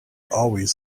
always